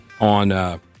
on